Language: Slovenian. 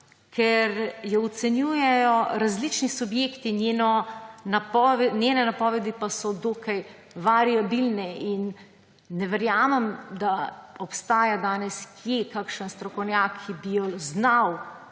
ker jo ocenjujejo različni subjekti, njene napovedi pa so dokaj variabilne, in ne verjamem, da obstaja danes kje kakšen strokovnjak, ki bi jo znal